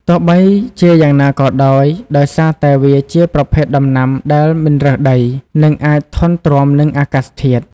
ទោះបីជាយ៉ាងណាក៏ដោយ ដោយសារតែវាជាប្រភេទដំណាំដែលមិនរើសដី និងអាចធន់ទ្រាំនឹងអាកាសធាតុ ។